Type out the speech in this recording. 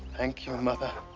thank you, mother.